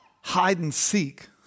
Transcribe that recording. hide-and-seek